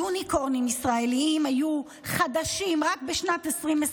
יוניקורנים ישראליים חדשים, רק בשנת 2021,